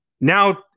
now